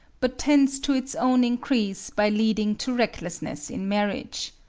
but tends to its own increase by leading to recklessness in marriage.